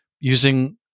using